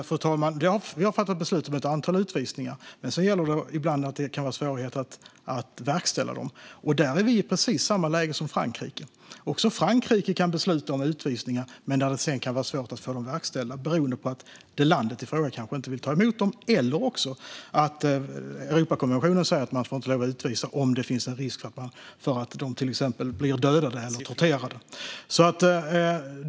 Fru talman! Vi har fattat beslut om ett antal utvisningar. Sedan kan det ibland vara svårt att verkställa dem. Där är vi i precis samma läge som Frankrike. Också Frankrike kan besluta om utvisningar men sedan ha svårt att få dem verkställda beroende på att landet i fråga kanske inte vill ta emot personerna eller också att Europakonventionen säger att man inte får lov att utvisa om det finns en risk att de som utvisas till exempel blir dödade eller torterade.